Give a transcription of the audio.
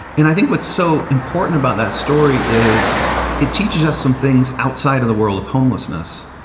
and i think what's so important about that story is it teaches us some things outside of the world of homelessness.